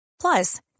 Plus